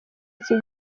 iki